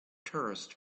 tourists